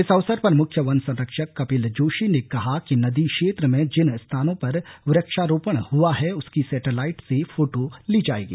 इस अवसर पर मुख्य वन संरक्षक कपिल जोशी ने कहा कि नदी क्षेत्र में जिन स्थानों पर वृक्षारोपण हुआ है उसकी सैटेलाईट से फोटो ली जाएगी